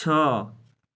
ଛଅ